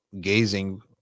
gazing